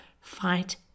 fight